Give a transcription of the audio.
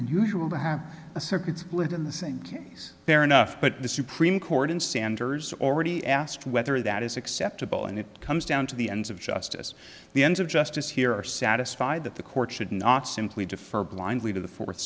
unusual to have a circuit split in the same things fair enough but the supreme court in sanders already asked whether that is acceptable and it comes down to the ends of justice the ends of justice here are satisfied that the court should not simply defer blindly to the fourth